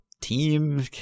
team